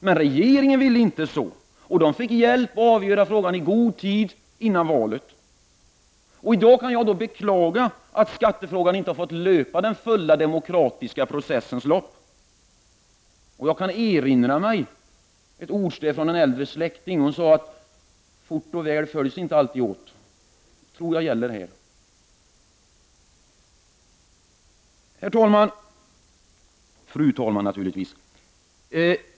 Men regeringen ville inte så, och de fick hjälp att avgöra frågan i god tid före nästa val. I dag kan jag bara beklaga att skattefrågan inte fått löpa den demokratiska processens fulla lopp. Jag kan också erinra mig ett ordstäv som en äldre släkting brukade använda. Hon sade att fort och väl inte alltid följs åt. Det tror jag är något som gäller i den här frågan. Fru talman!